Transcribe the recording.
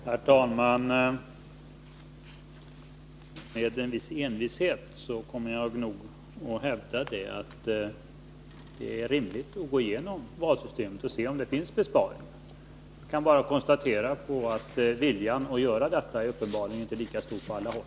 Herr talman! Med en viss envishet kommer jag nog att hävda att det är rimligt att gå igenom valsystemet och se om det finns besparingar att göra. Jag kan bara konstatera att viljan att göra detta uppenbarligen inte är lika stor på alla håll.